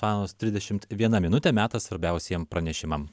valandos trisdešimt viena minutė metas svarbiausiem pranešimam